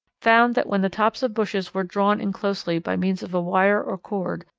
found that when the tops of bushes were drawn in closely by means of a wire or cord,